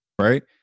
right